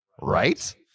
right